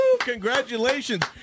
Congratulations